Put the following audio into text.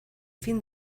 fin